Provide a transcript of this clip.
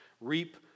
reap